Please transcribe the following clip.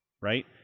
right